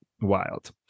Wild